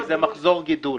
כי זה מחזור גידול.